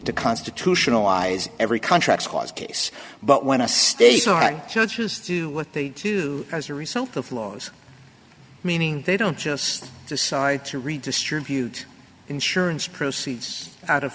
to constitutionalized every contracts clause case but when a state judges do what they do as a result of laws meaning they don't just decide to redistribute insurance proceeds out of